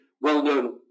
well-known